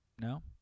No